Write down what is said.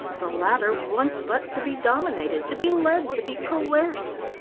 the latter wants but to be dominated, to be led, to be coerced.